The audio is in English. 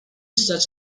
such